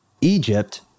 Egypt